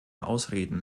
ausreden